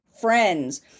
friends